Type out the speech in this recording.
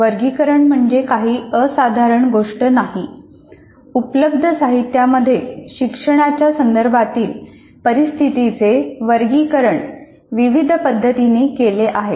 वर्गीकरण म्हणजे काही असाधारण गोष्ट नाही उपलब्ध साहित्यामध्ये शिक्षणाच्या संदर्भातील परिस्थितीचे वर्गीकरण विविध पद्धतींनी केले आहे